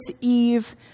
Eve